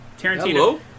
Tarantino